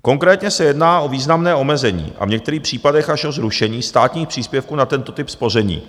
Konkrétně se jedná o významné omezení a v některých případech až o zrušení státních příspěvků na tento typ spoření.